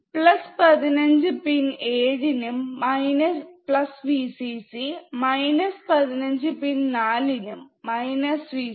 15 pin ഏഴിനും Vcc 15 pin നാലിനും Vcc